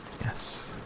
yes